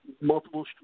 multiple